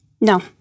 No